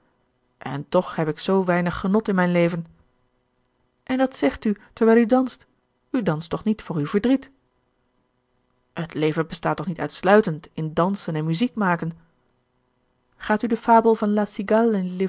en toch heb ik zoo weinig genot in mijn leven en dat zegt u terwijl u danst u danst toch niet voor uw verdriet het leven bestaat toch niet uitsluitend in dansen en muziekmaken gaat u de fabel van